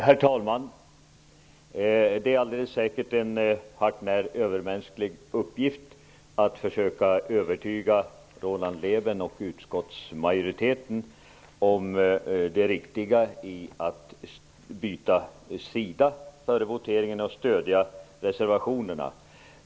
Herr talman! Det är alldeles säkert en hart när övermänsklig uppgift att försöka övertyga Roland Lében och utskottsmajoriteten om det riktiga i att byta sida före voteringen och stödja reservationerna.